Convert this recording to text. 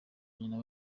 nyina